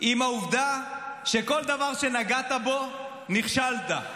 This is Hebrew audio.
עם העובדה שכל דבר שנגעת בו, נכשלת.